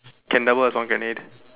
can double as a grenade